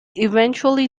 eventually